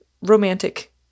romantic